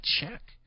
check